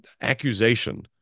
accusation